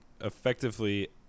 effectively